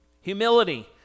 Humility